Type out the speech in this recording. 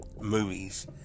Movies